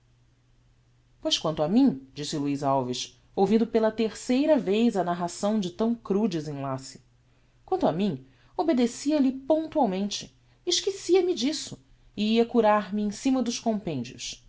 pois quanto a mim disse luiz alves ouvindo pela terceira vez a narração de tão cru desenlace quanto a mim obedecia lhe pontualmente esquecia-me disso e ia curar-me cima dos compendios